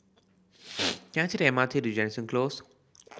can I take the M R T to Jansen Close